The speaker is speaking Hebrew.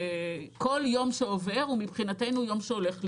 כל יום שעובר הוא מבחינתנו יום שהולך לאיבוד.